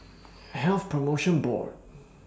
Health promotion Board